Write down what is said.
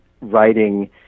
writing